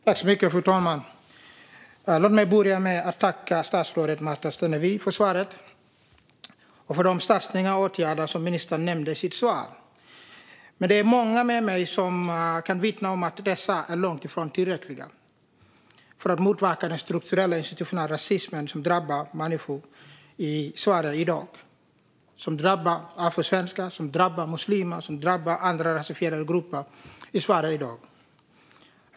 Fru talman! Låt mig börja med att tacka statsrådet Märta Stenevi för svaret och för de satsningar och åtgärder som ministern nämnde i sitt svar. Men det är många med mig som kan vittna om att dessa är långt ifrån tillräckliga för att motverka den strukturella och institutionella rasism som drabbar människor i Sverige i dag. Den drabbar afrosvenskar, muslimer och andra rasifierade grupper i Sverige i dag.